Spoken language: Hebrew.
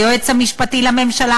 היועץ המשפטי לממשלה,